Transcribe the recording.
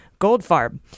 Goldfarb